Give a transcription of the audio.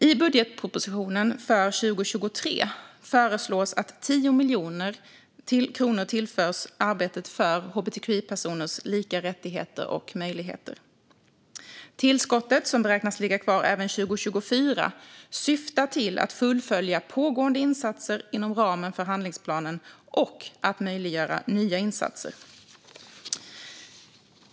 I budgetpropositionen för 2023 föreslås att 10 miljoner kronor tillförs arbetet för hbtqi-personers lika rättigheter och möjligheter. Tillskottet, som beräknas ligga kvar även 2024, syftar till att fullfölja pågående insatser inom ramen för handlingsplanen och att möjliggöra nya insatser.